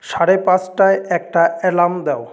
সাড়ে পাঁচটায় একটা অ্যালার্ম দাও